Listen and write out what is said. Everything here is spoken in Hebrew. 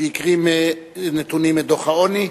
שהקריא נתונים מדוח העוני.